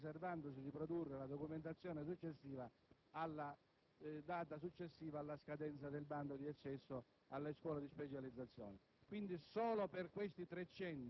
prima della scadenza del bando di accesso alle scuole di specializzazione, ha consentito di poter partecipare anche con riserva